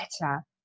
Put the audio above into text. better